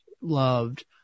loved